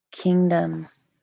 Kingdoms